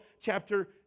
chapter